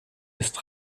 ist